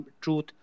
truth